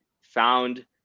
found